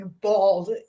bald